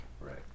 Right